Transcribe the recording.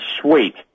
sweet